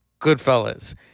Goodfellas